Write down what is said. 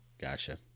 Gotcha